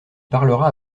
parlera